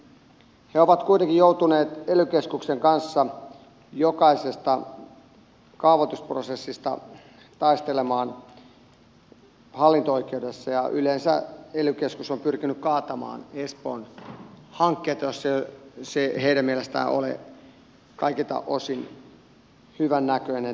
he ovat kuitenkin joutuneet ely keskuksen kanssa jokaisesta kaavoitusprosessista taistelemaan hallinto oikeudessa ja yleensä ely keskus on pyrkinyt kaatamaan espoon hankkeita jos ne eivät heidän mielestään ole kaikilta osin hyvän näköisiä tai soveltuvia